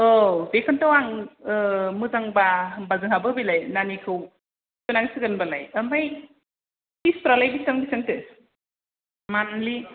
औ बेखौनोथ' आं मोजांबा होमबा जोंहाबो बेलाय नानिखौ सोनांसिगोन होमबालाय ओमफ्राय फिसफोरालाय बेसेबां बेसेबांथो मान्थलि